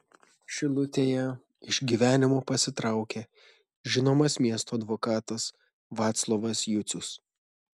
šilutėje iš gyvenimo pasitraukė žinomas miesto advokatas vaclovas jucius